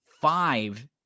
five